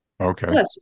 Okay